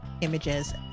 Images